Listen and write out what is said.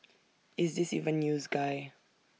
is this even news guy